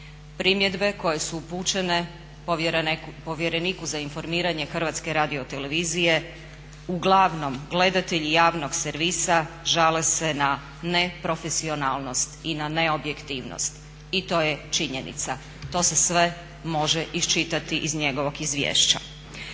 Primjedbe koje su upućene povjereniku za informiranje HRT-a uglavnom gledatelji javnog servisa žale se na neprofesionalnost i neobjektivnost i to je činjenica, to se sve može iščitati iz njegovog izvješća.